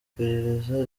iperereza